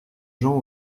gens